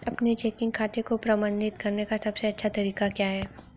अपने चेकिंग खाते को प्रबंधित करने का सबसे अच्छा तरीका क्या है?